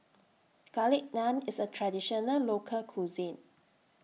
Garlic Naan IS A Traditional Local Cuisine